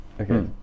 Okay